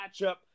matchup